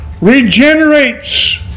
regenerates